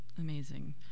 amazing